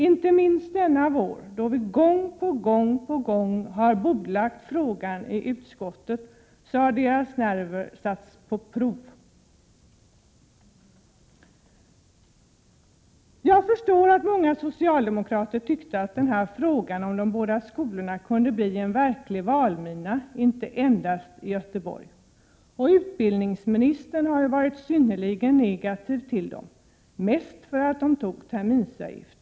Inte minst denna vår, då vi gång på gång har bordlagt frågan i utskottet har dessa rektorers nerver satts på prov. Jag förstår att många socialdemokrater tyckte att frågan om de båda skolorna kunde bli en verklig valmina, inte endast i Göteborg. Utbildningsministern har ju varit synnerligen negativ till dessa, mest därför att man på dessa skolor tar ut en terminsavgift.